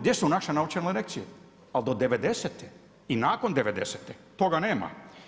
gdje su naše naučene lekcije, ali do 90-te, i nakon 90-te, toga nema.